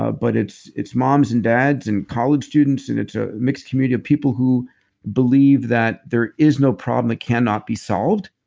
ah but it's it's moms and dads and college students and it's a mixed community of people who believe that there is no problem that cannot be solved,